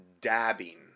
dabbing